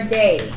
day